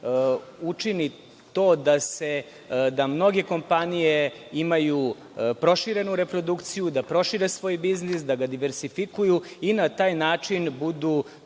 učini to da mnoge kompanije imaju proširenu reprodukciju, da prošire svoj biznis, da ga versifikuju i na taj način budu